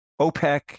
OPEC